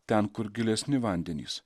ten kur gilesni vandenys